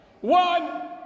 One